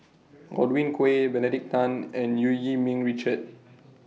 Godwin Koay Benedict Tan and EU Yee Ming Richard